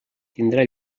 tindrà